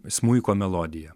smuiko melodija